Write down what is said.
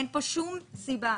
אין פה שום סיבה.